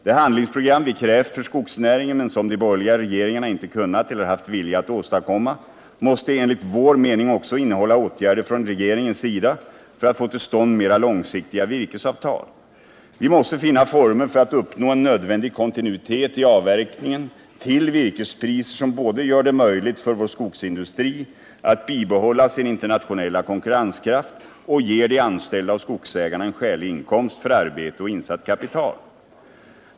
Det handlingsprogram som vi krävt för skogsnäringen, men som de borgerliga regeringarna inte kunnat eller haft vilja att åstadkomma, måste enligt vår mening också innehålla åtgärder från regeringens sida för att få till stånd mera långsiktiga virkesavtal. Vi måste finna former för att uppnå en nödvändig kontinuitet i avverkningen till virkespriser som både gör det möjligt för vår skogsindustri att bibehålla sin internationella konkurrenskraft och ger de anställda och skogsägarna en skälig inkomst för arbete och insatt kapital.